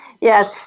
Yes